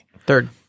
Third